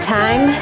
time